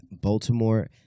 Baltimore